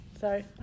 sorry